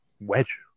wedge